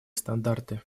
стандарты